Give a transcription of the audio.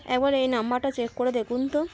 একবার এই নাম্বরটা চেক করে দেখুন তো